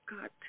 God